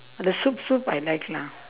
the soup soup I like lah